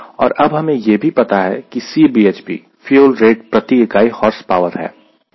और अब हमें यह भी पता है कि Cbhp फ्यूल रेट प्रति इकाई हॉर्सपावर है